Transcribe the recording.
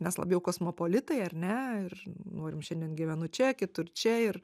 mes labiau kosmopolitai ar ne ir norim šiandien gyvenu čia kitur čia ir